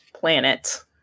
planet